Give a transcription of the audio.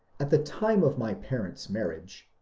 at the time of my parents' marriage.